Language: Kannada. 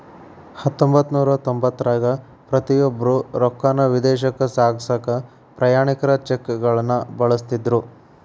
ಹತ್ತೊಂಬತ್ತನೂರ ತೊಂಬತ್ತರಾಗ ಪ್ರತಿಯೊಬ್ರು ರೊಕ್ಕಾನ ವಿದೇಶಕ್ಕ ಸಾಗ್ಸಕಾ ಪ್ರಯಾಣಿಕರ ಚೆಕ್ಗಳನ್ನ ಬಳಸ್ತಿದ್ರು